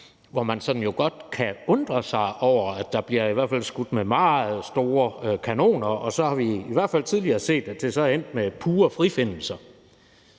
hvor man jo sådan godt kan undre sig over, at der bliver skudt med meget store kanoner, og hvor vi jo så i hvert fald tidligere har set, at det er endt med pure frifindelser,